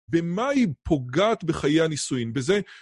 במה היא פוגעת בחיי הנישואין? בזה...